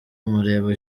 mureba